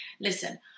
Listen